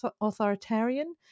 authoritarian